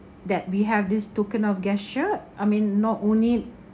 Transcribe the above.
that we have this token of gesture I mean not only